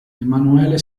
emanuele